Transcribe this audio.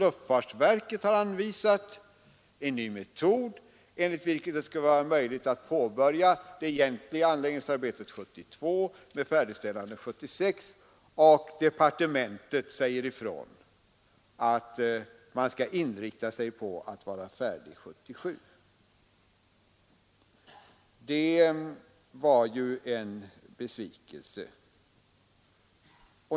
Luftfartsverket anvisade sålunda en metod med vilken det skulle vara möjligt att påbörja det egentliga anläggningsarbetet 1972 och med färdigställande 1976, men departementet sade ifrån att man skulle inrikta sig på att ha arbetet klart 1977. Det var ju en besvikelse.